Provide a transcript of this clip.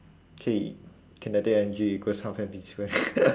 K kinetic energy equals half M V square